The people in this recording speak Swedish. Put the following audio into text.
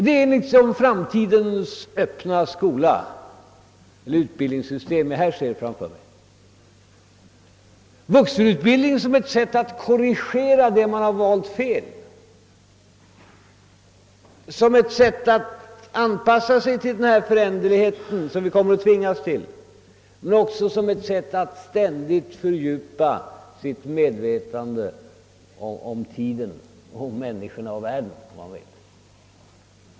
Det är framtidens öppna skola eller utbildningssystem jag här ser framför mig: vuxenutbildningen som ett sätt att korrigera det man har valt fel, som ett sätt att anpassa sig till denna föränderlighet som vi kommer att tvingas till men också som ett sätt att ständigt fördjupa sitt medvetande om tiden och människorna och världen.